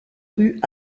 rues